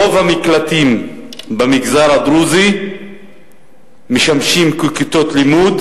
רוב המקלטים במגזר הדרוזי משמשים ככיתות לימוד,